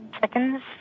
Seconds